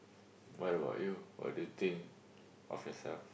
what about you what do you think of yourself